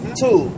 two